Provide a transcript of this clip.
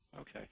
Okay